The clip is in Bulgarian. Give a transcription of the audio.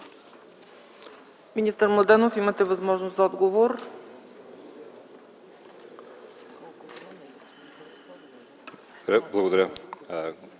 Министър Младенов, имате възможност за отговор. МИНИСТЪР